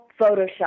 Photoshop